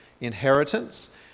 inheritance